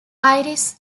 iris